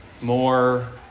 more